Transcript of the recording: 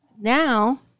Now